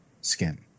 skin